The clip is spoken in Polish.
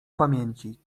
pamięci